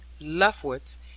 leftwards